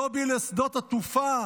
לובי לשדות התעופה,